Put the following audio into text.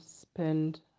spend